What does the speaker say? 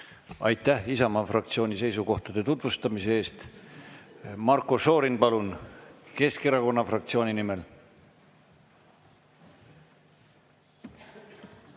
Aitäh Isamaa fraktsiooni seisukohtade tutvustamise eest! Marko Šorin, palun, Keskerakonna fraktsiooni nimel!